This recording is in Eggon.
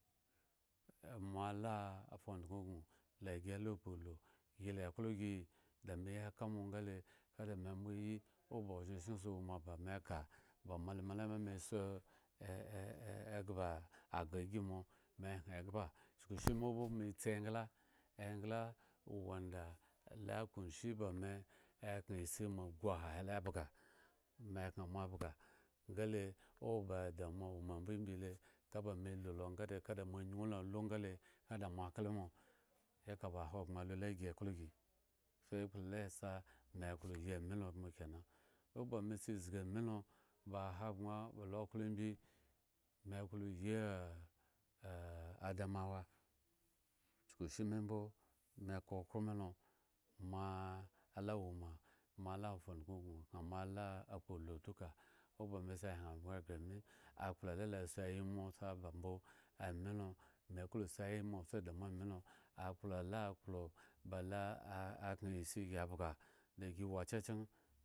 Moala fu ndŋa ubin la gi la kpo ulu gi la klo gi? Da me ya ka mo nga le ka dame mbo sa yi oba ozhen chken womaba me kaba mo alumi le me so eee eghba agah ygi moa me hyen egh ba chukushimi mbo me tsi engla, engla wanda ya kunshi ba me ekhren isi moa guha lo bhga me ekhren mo ebhga nga le owo ba damuwa wo mbo mbile kaba melulo ngade nga da mo anyuŋ lo alu nga da mo aklo mo eka ba ahogbren lu lagi eklo gi so ekpla lesa me klo yi ami lo bmeri, oba me sa zgi amilo ba ahogbren ba lo klo imbi me klo yi ada amawa chukushimi mbo me ka okhro milo moalawoma moala fu odŋa ubin khna mo ala kpo ulu duka oba me sa hyen avaŋ ghre me akpla la si ayimo si aba mbo amilo me klo si ayimo di mo amilo, akpla la klo da lo khren isi gi bhga dagi wo chuken.